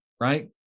right